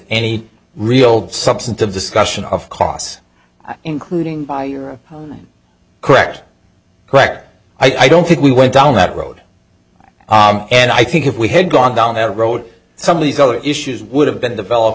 any real substantive discussion of costs including by your correct correct i don't think we went down that road and i think if we had gone down that road some of these other issues would have been developed